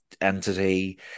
entity